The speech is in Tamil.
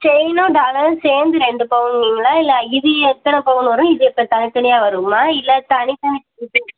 செயினும் டாலரும் சேர்ந்து ரெண்டு பவுனுன்னீங்களா இது எத்தனை பவுன் வரும் இது எத்தனை தனித்தனியாக வருமா இல்லை தனித்தனி டிசைன்